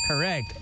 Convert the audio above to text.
correct